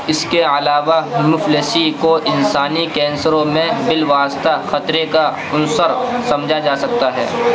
اس کے علاوہ مفلسی کو انسانی کینسروں میں بالواسطہ خطرے کا عنصر سمجھا جا سکتا ہے